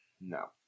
No